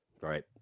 Right